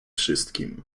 wszystkim